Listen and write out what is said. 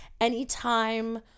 Anytime